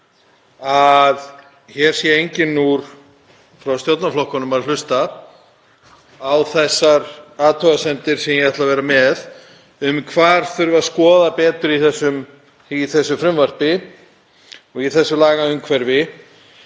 að hér sé enginn frá stjórnarflokkunum að hlusta á þær athugasemdir sem ég ætla að setja fram um hvað þurfi að skoða betur í þessu frumvarpi og í þessu lagaumhverfi